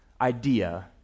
idea